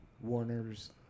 Warner's